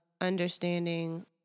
understanding